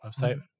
website